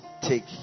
take